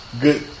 good